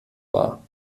war